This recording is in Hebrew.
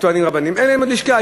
הטוענים הרבניים, אין להם עוד לשכה.